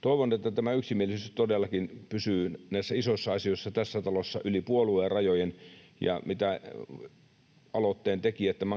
Toivon, että tämä yksimielisyys todellakin pysyy näissä isoissa asioissa tässä talossa yli puoluerajojen, ja se, mitä